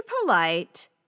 polite